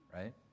right